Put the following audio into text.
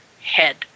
head